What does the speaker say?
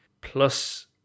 plus